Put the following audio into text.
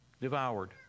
devoured